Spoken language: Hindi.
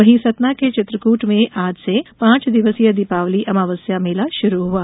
वहीं सतना के चित्रकूट में आज से पांच दिवसीय दीपावली अमावस्या मेला शुरू हुआ